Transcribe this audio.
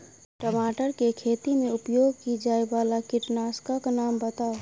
टमाटर केँ खेती मे उपयोग की जायवला कीटनासक कऽ नाम बताऊ?